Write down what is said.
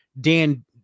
dan